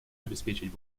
обеспечить